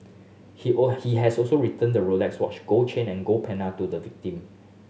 he all he has also returned the Rolex watch gold chain and gold pendant to the victim